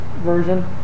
version